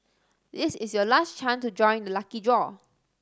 this is your last chance to join the lucky draw